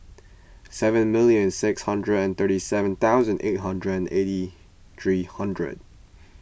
seven million six hundred and thirty seven thousand eight hundred and eighty three hundred